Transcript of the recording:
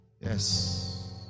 Yes